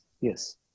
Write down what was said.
yes